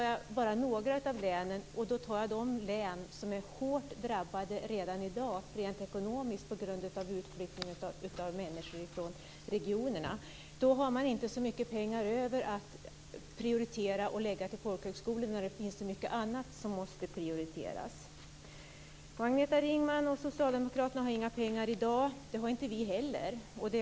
Jag begränsar mig då till de län som redan i dag rent ekonomiskt är hårt drabbade på grund av utflyttning av människor från regionerna. Då finns det inte så mycket pengar över att prioritera för och att lägga till folkhögskolor. Det finns ju så mycket annat som måste prioriteras. Agneta Ringman och Socialdemokraterna har inga pengar i dag, och det har inte vi heller.